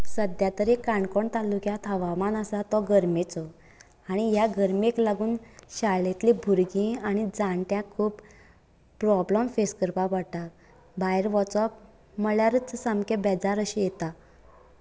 सद्या तरी काणकोण तालूक्यांत हवामान आसा तो गरमेचो आनी ह्या गरमेक लागून शाळेतली भुरगीं आनी जाणट्यांक खूब प्रोब्लम फेस करपा पडटा भायर वचप म्हणल्यारच सामके बेजार अशें येता